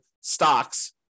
stocks